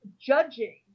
judging